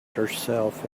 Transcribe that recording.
herself